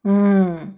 mm